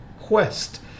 quest